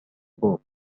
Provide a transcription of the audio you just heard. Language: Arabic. بوب